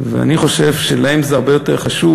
ואני חושב שלהם זה הרבה יותר חשוב.